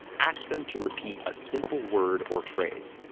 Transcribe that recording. ask them to repeat a simple word or phrase.